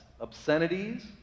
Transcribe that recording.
obscenities